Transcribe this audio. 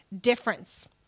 difference